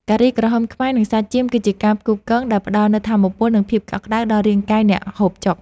ការីក្រហមខ្មែរនិងសាច់ចៀមគឺជាការផ្គូផ្គងដែលផ្តល់នូវថាមពលនិងភាពកក់ក្តៅដល់រាងកាយអ្នកហូបចុក។